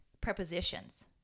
prepositions